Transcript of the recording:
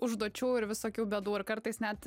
užduočių ir visokių bėdų ir kartais net